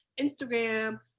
Instagram